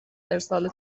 ارسال